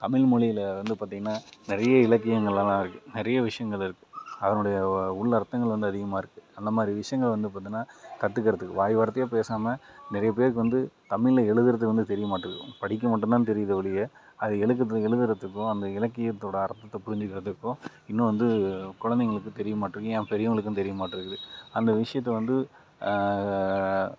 தமிழ் மொழியில வந்து பார்த்தீங்கனா நிறைய இலக்கியங்களெல்லாம் இருக்கு நிறைய விஷயங்கள் இருக்கு அதனுடைய உள் அர்த்தங்கள் வந்து அதிகமாக இருக்கு அந்த மாரி விஷயங்கள் வந்து பார்த்தீங்கனா கற்றுக்குறதுக்கு வாய் வார்த்தையாக பேசாமல் நிறைய பேருக்கு வந்து தமிழில் எழுதுறதுக்கு வந்து தெரிய மாட்டங்குது படிக்க மட்டும் தான் தெரியுதே ஒழிய அது எழுதுறது எழுதுறத்துக்கும் அந்த இலக்கியத்தோட அர்த்தத்தை புரிஞ்சிக்கிறதுக்கும் இன்னும் வந்து குழந்தைங்களுக்கு தெரிய மாட்டங்குது ஏன் பெரியவங்களுக்கும் தெரிய மாட்டங்குது அந்த விஷியத்தை வந்து